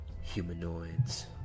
Humanoids